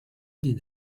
did